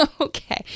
Okay